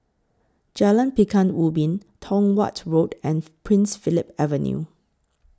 Jalan Pekan Ubin Tong Watt Road and Prince Philip Avenue